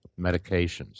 medications